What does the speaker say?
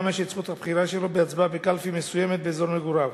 לממש את זכות הבחירה שלו בהצבעה בקלפי מסוימת באזור מגוריו.